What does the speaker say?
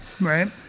Right